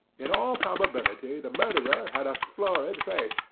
in all probability the murderer had a florid face,